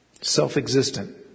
Self-existent